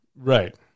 right